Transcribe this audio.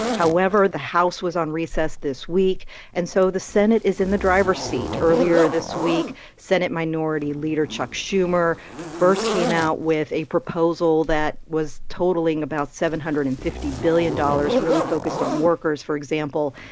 however, the house was on recess this week and so the senate is in the driver's seat. earlier this week, senate minority leader chuck schumer first came out with a proposal that was totaling about seven hundred and fifty billion dollars really focused on workers, for example.